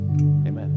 Amen